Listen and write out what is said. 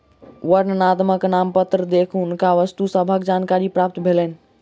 वर्णनात्मक नामपत्र देख हुनका वस्तु सभक जानकारी प्राप्त भेलैन